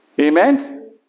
Amen